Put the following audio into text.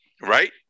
Right